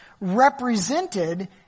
represented